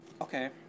Okay